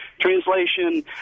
Translation